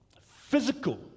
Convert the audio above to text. physical